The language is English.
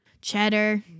Cheddar